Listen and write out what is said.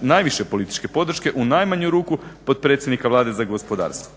najviše političke podrške, u najmanju ruku potpredsjednika Vlade za gospodarstvo.